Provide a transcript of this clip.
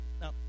Now